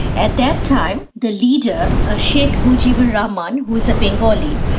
at that time the leader, ah sheikh mujibur rahman, who was a bengali,